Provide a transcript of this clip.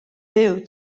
byw